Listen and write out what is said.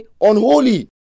unholy